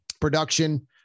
production